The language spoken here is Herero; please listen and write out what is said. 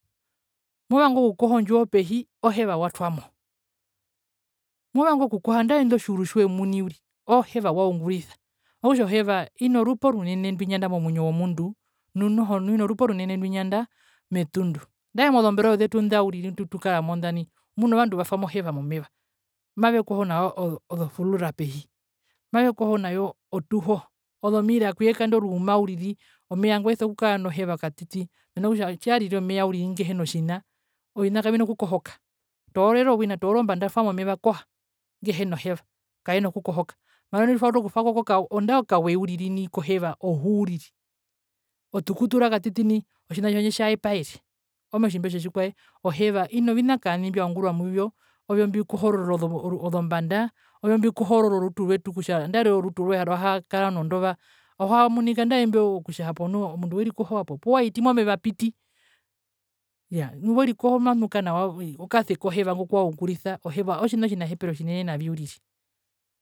Her- 01- h107 2 movnga okukoha ondjuwo pehi oheva watwamo, movanga okukoha andae itjo otjiuru tjoye omuni uriri, oheva wa ungurisa. Okutja heva ina orupa orunene ndu injanda momuinjo womundu nu noho nu ina orupa orunene ndu injanda metundu. Andae mozomberoo zetu nda uriri ndutukara mo nai muna ovandu vatwamo oheva momeva mavekoho nazo ozo flura pehi mavekoho nayo otuho, ozomira okuyeka indo oruuma indo ruuma uriri omeva ngo yesokukara noheva katiti mena rokutja tjiyarire omeva uriri ngehina otjina ovina kavina okukohoka. Toorera owina toora ombanda twa momeva koha, ngehena oheva kaena okukohoka. Nambano tjitwautu okutwako ko andae okawe uriri nai koheva ohu uriri nai koheva ohu uriri, otukutura katiti nai, otjina tjo tjandje tja yepaere. omotjimbe tjotjikwaye? Oheva ina ovina kaani mbya ungurwa muyo ovyo mbi kohorora ozombanda, ovyo mbikohorora orutu rwetu kutja andarire orutu rwee aruhakara nondova, ohamunika ondae mbyo kutja hapo nu omundu werikoho hapo poo wahiti momeva apiti? Ya, nu werikoho mamunuka nawa, okase koheva ngo kuwaungurisa, oheva otjina otjinahepero tjinene navi uriri.